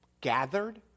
gathered